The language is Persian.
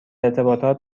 ارتباطات